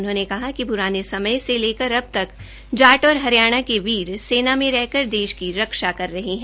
उन्होंने कहा कि प्राने समय से लेकर अबतक जाट और हरियाणा के वीर सेना में रहकर देश की रक्षा कर रहे है